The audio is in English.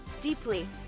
deeply